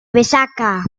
resaca